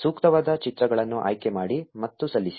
ಸೂಕ್ತವಾದ ಚಿತ್ರಗಳನ್ನು ಆಯ್ಕೆ ಮಾಡಿ ಮತ್ತು ಸಲ್ಲಿಸಿ